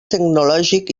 tecnològic